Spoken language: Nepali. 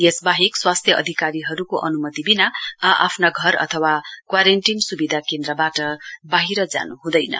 यसबाहेक स्वास्थ्य अधिकारीहरूको अनुमति बिना आ आफ्ना घर अथवा क्वारेन्टीन सुविधा केन्द्रबाट बाहिर जानुहुँदैन